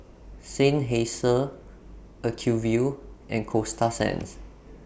Seinheiser Acuvue and Coasta Sands